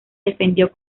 defendió